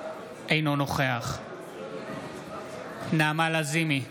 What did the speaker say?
אינו נוכח נעמה לזימי,